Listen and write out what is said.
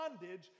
bondage